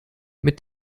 mit